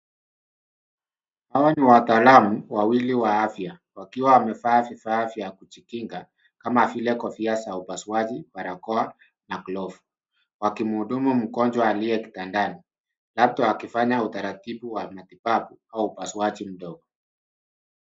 Hawa ni wataalamu wawili wa afya wakiwa wamevaa vifaa vya kujikinga kama vile kofia za upasuaji, barakoa na glovu wakimhudumu mgonjwa aliye kitandani labda wakifanya utaratibu wa matibabu au upasuaji mdogo.